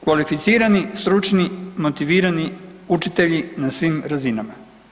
Kvalificirani, stručni, motivirani učitelji na svim razinama.